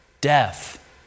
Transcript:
death